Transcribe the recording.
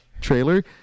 trailer